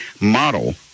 model